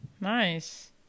Nice